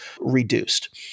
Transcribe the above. reduced